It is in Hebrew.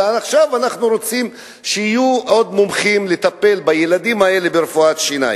ועכשיו אנחנו רוצים שיהיו עוד מומחים לטפל בילדים האלה ברפואת שיניים.